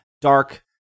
dark